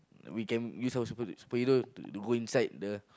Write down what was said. we can use our super superhero to go inside the